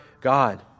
God